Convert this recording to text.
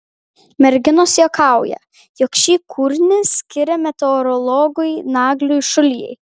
merginos juokauja jog šį kūrinį skiria meteorologui nagliui šulijai